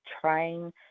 trying